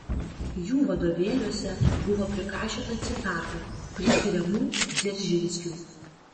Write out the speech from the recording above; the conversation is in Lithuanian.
jų vadovėliuose buvo prikaišiota citatų priskiriamų dzeržinskiui